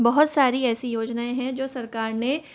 बहुत सारी ऐसी योजनाएं हैं जो सरकार ने